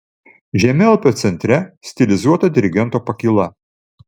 žemėlapio centre stilizuota dirigento pakyla